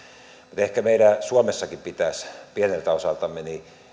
mutta ehkä meidän suomessakin pitäisi pieneltä osaltamme